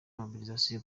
mobilisation